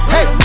Hey